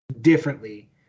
differently